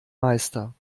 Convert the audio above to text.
meister